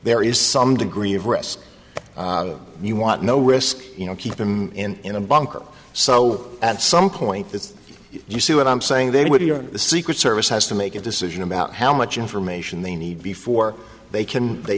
there is some degree of risk you want no risk you know keep him in a bunker so at some point that you see what i'm saying then we are the secret service has to make a decision about how much information they need before they can they